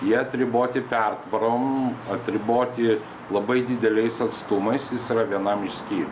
jie atriboti pertvarom atriboti labai dideliais atstumais jis yra vienam iš skyrių